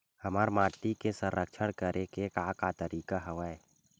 हमर माटी के संरक्षण करेके का का तरीका हवय?